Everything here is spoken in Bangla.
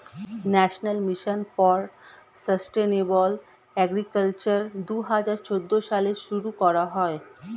national mission for sustainable agriculture দুহাজার চৌদ্দ সালে শুরু করা হয়